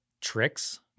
tricks